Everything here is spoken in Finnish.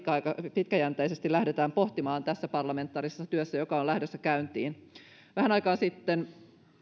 pitkäjänteisesti lähdetään pohtimaan tässä parlamentaarisessa työssä joka on lähdössä käyntiin vähän aikaa sitten